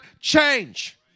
change